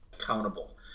accountable